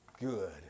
good